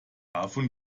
davon